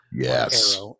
Yes